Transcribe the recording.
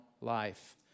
life